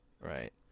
Right